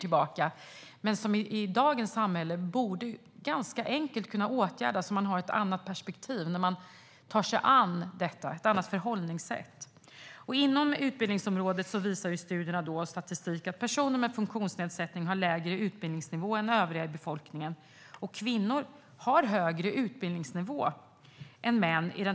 Men det borde kunna åtgärdas ganska enkelt i dagens samhälle om man har ett annat perspektiv, ett annat förhållningssätt, när man tar sig an det. När det gäller utbildningsområdet visar studier och statistik att personer med funktionsnedsättning har lägre utbildningsnivå än övriga i befolkningen. I den totala befolkningen har kvinnor högre utbildningsnivå än män.